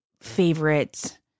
favorite